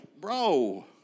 bro